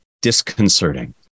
disconcerting